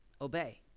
obey